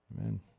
Amen